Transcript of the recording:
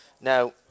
Now